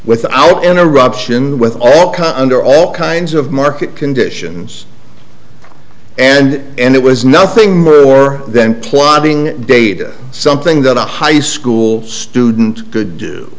without interruption with all kinds under all kinds of market conditions and it was nothing more than plotting data something that a high school student could do